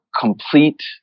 complete